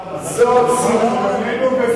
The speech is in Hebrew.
זה היה בחלוקה, סגנינו וגיסנו.